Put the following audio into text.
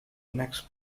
next